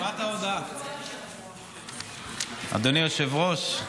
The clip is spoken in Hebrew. אדוני היושב-ראש,